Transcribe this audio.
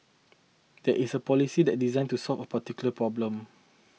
this is a policy that's designed to solve a political problem